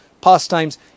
pastimes